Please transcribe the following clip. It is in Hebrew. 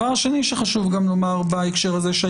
זה תפקידנו.